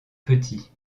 petit